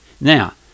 Now